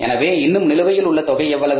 எனவே இன்னும் நிலுவையில் உள்ள தொகை எவ்வளவு